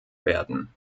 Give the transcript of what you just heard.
werden